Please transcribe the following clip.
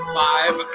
five